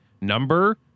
number